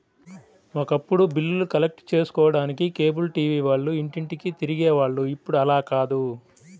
ఒకప్పుడు బిల్లులు కలెక్ట్ చేసుకోడానికి కేబుల్ టీవీ వాళ్ళు ఇంటింటికీ తిరిగే వాళ్ళు ఇప్పుడు అలా కాదు